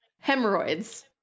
Hemorrhoids